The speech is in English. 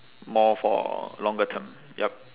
more for longer term yup